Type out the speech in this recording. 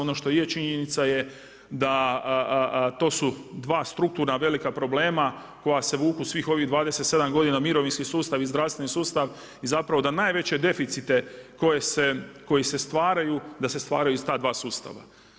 Ono što je činjenica je da to su dva strukturna velika problema koja se vuku svih ovih 27 godina mirovinski sustav i zdravstveni sustav i zapravo najveće deficite koji se stvaraju da se stvaraju iz ta dva sustava.